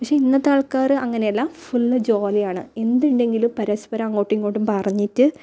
പക്ഷെ ഇന്നത്തെ ആൾക്കാർ അങ്ങനെയല്ല ഫുൾ ജോളി ആണ് എന്ത് ഉണ്ടെങ്കിലും പരസ്പരം അങ്ങോട്ടും ഇങ്ങോട്ടും പറഞ്ഞിട്ട്